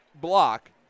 block